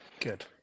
Good